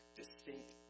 distinct